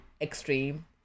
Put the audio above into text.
extreme